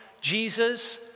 Jesus